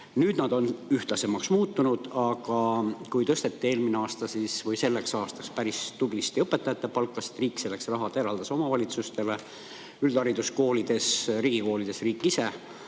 Nüüd nad on ühtlasemaks muutunud. Aga kui tõsteti eelmine aasta või selleks aastaks päris tublisti õpetajate palkasid – riik eraldas selleks raha omavalitsustele üldhariduskoolides, riigikoolides [maksis]